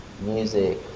music